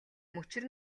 мөчир